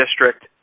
District